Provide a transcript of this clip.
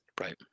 right